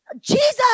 Jesus